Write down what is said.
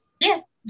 Yes